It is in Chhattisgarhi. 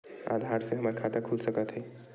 आधार से हमर खाता खुल सकत हे?